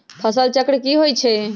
फसल चक्र की होई छै?